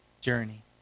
journey